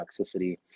toxicity